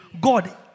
God